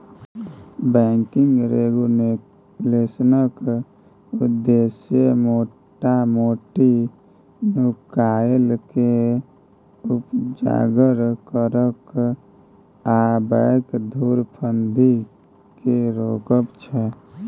banking रेगुलेशनक उद्देश्य मोटा मोटी नुकाएल केँ उजागर करब आ बैंक धुरफंदी केँ रोकब छै